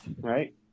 right